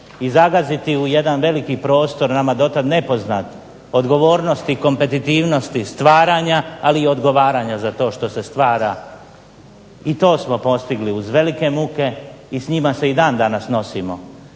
i zagaziti u jedan veliki prostor nama dotad nepoznat odgovornosti i kompetitivnosti stvaranja, ali i odgovaranja za to što se stvara. I to smo postigli uz velike muke i s njima se i dan danas nosimo.